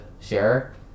share